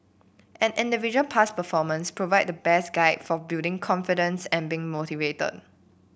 an individual past performance provide the best guide for building confidence and being motivated